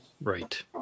Right